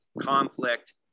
conflict